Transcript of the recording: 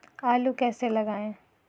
आलू कैसे लगाएँ?